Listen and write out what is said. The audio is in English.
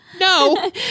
No